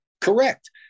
correct